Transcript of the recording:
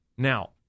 Now